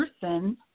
person